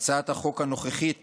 הצעת החוק הנוכחית